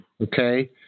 okay